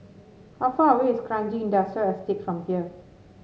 how far away is Kranji Industrial Estate from here